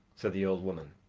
said the old woman.